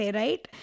right